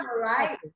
right